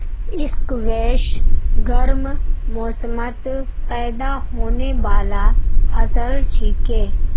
squash गर्म मौसमत पैदा होने बाला फसल छिके